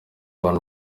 abantu